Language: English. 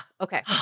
Okay